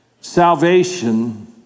salvation